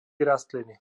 rastliny